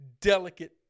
delicate